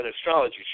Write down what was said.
astrology